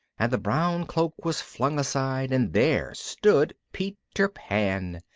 and the brown cloak was flung aside and there stood peter pan.